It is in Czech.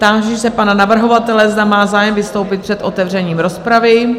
Táži se pana navrhovatele, zda má zájem vystoupit před otevřením rozpravy?